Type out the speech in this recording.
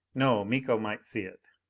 no. miko might see it.